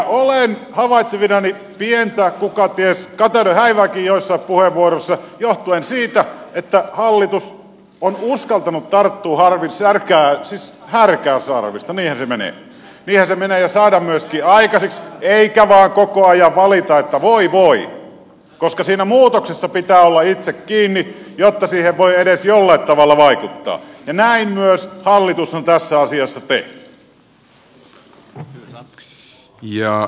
olen havaitsevinani pientä kukaties kateuden häivääkin joissain puheenvuoroissa johtuen siitä että hallitus on uskaltanut tarttua härkää sarvista ja saanut myöskin aikaiseksi eikä vaan koko ajan valita että voi voi koska siinä muutoksessa pitää olla itse kiinni jotta siihen voi edes jollain tavalla vaikuttaa ja näin myös hallitus on tässä asiassa tehnyt